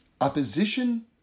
Opposition